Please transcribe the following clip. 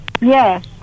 Yes